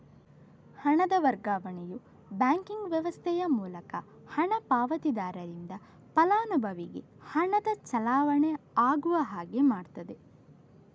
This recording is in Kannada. ಹಣದ ವರ್ಗಾವಣೆಯು ಬ್ಯಾಂಕಿಂಗ್ ವ್ಯವಸ್ಥೆಯ ಮೂಲಕ ಹಣ ಪಾವತಿದಾರರಿಂದ ಫಲಾನುಭವಿಗೆ ಹಣದ ಚಲಾವಣೆ ಆಗುವ ಹಾಗೆ ಮಾಡ್ತದೆ